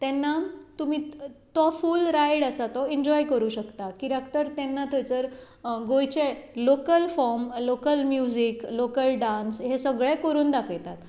तेन्ना तुमी तो फूल रायड आसा तो इन्जॉय करूंक शकतात कित्याक तर तेन्ना थंयसर गोंयचें local form local music local dance हें सगळें करून दाखयतात